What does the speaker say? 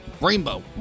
rainbow